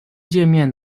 介面